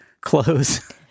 clothes